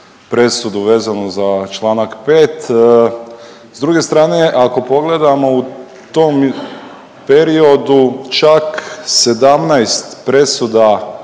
presudu vezano za Članak 5. S druge strane ako pogledamo u tom periodu čak 17 presuda